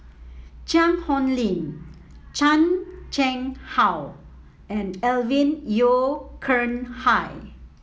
Cheang Hong Lim Chan Chang How and Alvin Yeo Khirn Hai